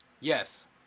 Yes